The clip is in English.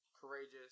courageous